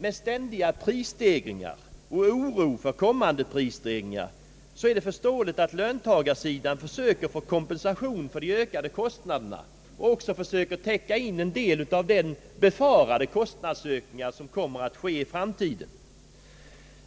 Med ständiga prisstegringar och oro för kommande prisstegringar så är det förståeligt att löntagarsidan försöker få kompensation för de ökade kostnaderna och försöker täcka in en del av de befarade kostnadsökningarna i framtiden.